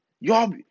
Y'all